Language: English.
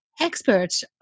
experts